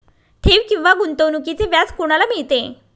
ठेव किंवा गुंतवणूकीचे व्याज कोणाला मिळते?